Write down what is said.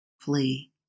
flee